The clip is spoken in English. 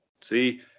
See